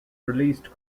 released